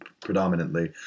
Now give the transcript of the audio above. predominantly